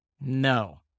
no